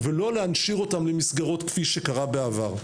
ולא להנשיר אותם למסגרות כפי שקרה בעבר.